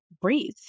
breathe